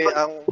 ang